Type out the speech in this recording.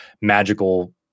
magical